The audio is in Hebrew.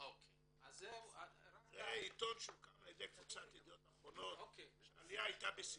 זה עיתון שהוקם על ידי קבוצת ידיעות אחרונות שהעלייה הייתה בשיאה.